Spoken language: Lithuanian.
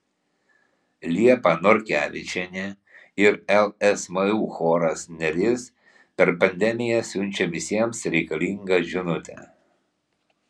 liepa norkevičienė ir lsmu choras neris per pandemiją siunčia visiems reikalingą žinutę